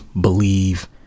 believe